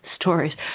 stories